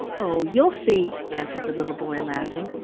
oh, you'll see! answered the little boy, laughing,